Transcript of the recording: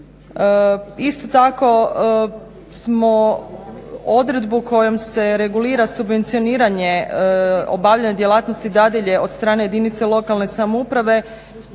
Isto tako smo odredbu kojom se regulira subvencioniranje obavljanja djelatnosti dadilje od strane jedinice lokalne samouprave